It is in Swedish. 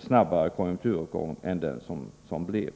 snabbare konjunkturuppgång än den som blev.